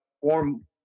form